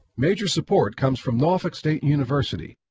major support comes from norfolk state university.